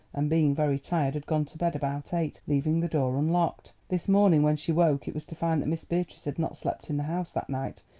and, being very tired, had gone to bed about eight, leaving the door unlocked. this morning, when she woke, it was to find that miss beatrice had not slept in the house that night,